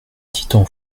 titan